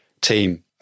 team